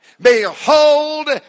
Behold